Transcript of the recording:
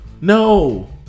No